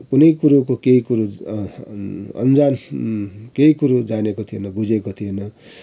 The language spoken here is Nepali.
कुनै कुरोको केही कुरो अन्जान केही कुरो जानेको थिएन बुझेको थिएन